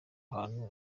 ahantu